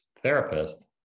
therapist